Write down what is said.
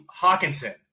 Hawkinson